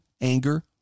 anger